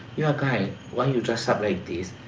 you a guy why you dressed up like this?